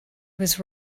was